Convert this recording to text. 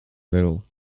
little